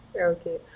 okay